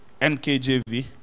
NKJV